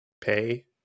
pay